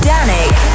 Danik